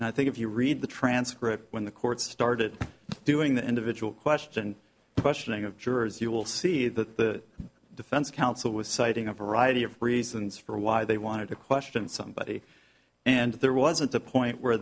and i think if you read the transcript when the court started doing the individual question questioning of jurors you will see that the defense counsel was citing a variety of reasons for why they wanted to question somebody and there wasn't a point where